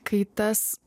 kai tas